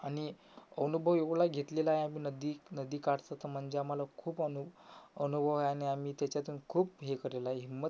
आणि अनुभव एवढा घेतलेला आहे आम्ही नदी नदीकाठचा असं म्हणजे आम्हाला खूप अनु अनुभव आहे आणि आम्ही त्याच्यातून खूप हे करेल आहे हिंमत